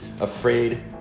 afraid